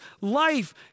life